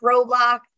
Roblox